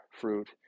fruit